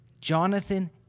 Jonathan